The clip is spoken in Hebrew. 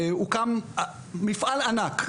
והוקם מפעל ענק,